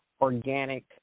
organic